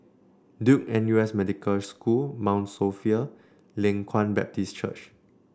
Duke N U S Medical School Mount Sophia Leng Kwang Baptist Church